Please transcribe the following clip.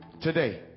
Today